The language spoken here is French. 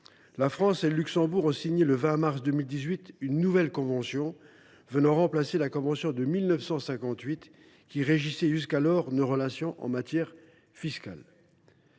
La France et le Luxembourg ont signé le 20 mars 2018 une nouvelle convention venant remplacer celle de 1958 qui régissait jusqu’alors nos relations en matière fiscale.